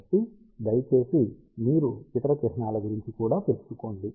కాబట్టి దయచేసి మీరు ఇతర చిహ్నాల గురించి కూడా తెలుసుకోండి